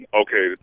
okay